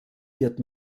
wird